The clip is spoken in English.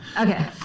Okay